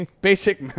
Basic